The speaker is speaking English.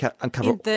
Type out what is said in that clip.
uncover